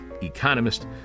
economist